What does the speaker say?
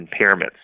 impairments